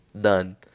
done